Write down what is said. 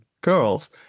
girls